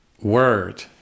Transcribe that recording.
word